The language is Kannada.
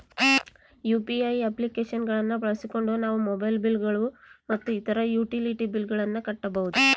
ಯು.ಪಿ.ಐ ಅಪ್ಲಿಕೇಶನ್ ಗಳನ್ನ ಬಳಸಿಕೊಂಡು ನಾವು ಮೊಬೈಲ್ ಬಿಲ್ ಗಳು ಮತ್ತು ಇತರ ಯುಟಿಲಿಟಿ ಬಿಲ್ ಗಳನ್ನ ಕಟ್ಟಬಹುದು